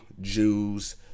Jews